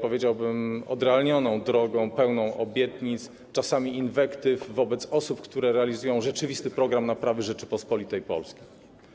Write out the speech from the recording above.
powiedziałbym, odrealnioną drogą, pełną obietnic, czasami inwektyw wobec osób, które realizują rzeczywisty program naprawy Rzeczypospolitej Polskiej.